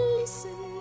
listen